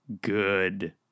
good